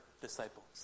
disciples